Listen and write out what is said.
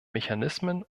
mechanismen